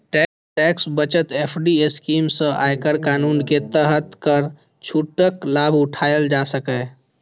tax बचत FD scheme सं आयकर कानून के तहत कर छूटक लाभ उठाएल जा सकैए